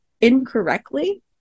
incorrectly